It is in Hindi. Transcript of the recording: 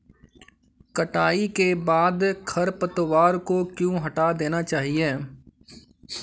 कटाई के बाद खरपतवार को क्यो हटा देना चाहिए?